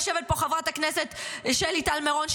יושבת פה חברת הכנסת שלי טל מירון,